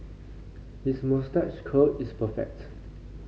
his moustache curl is perfect